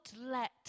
let